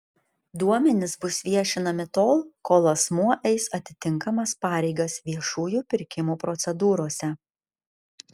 duomenys bus viešinami tol kol asmuo eis atitinkamas pareigas viešųjų pirkimų procedūrose